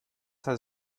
heißt